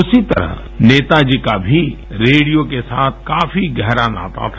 उसी तरह नेताजी का भी रेडियो के साथ काफी गहरा नाता था